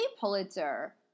Pulitzer